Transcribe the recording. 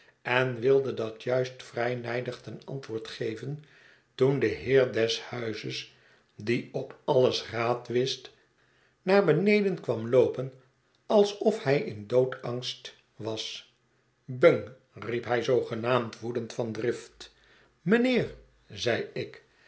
en wilde dat juist vrij nijdig ten antwoord geven toen de heer des huizes die op alles raad wist naar beneden kwam loopen alsof hij in doodsangst was bung riep hij zoogenaamd woedend van drift meneer zei ik